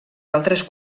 altres